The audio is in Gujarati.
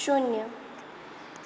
શૂન્ય